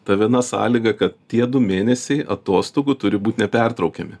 ta viena sąlyga kad tie du mėnesiai atostogų turi būt nepertraukiami